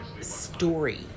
story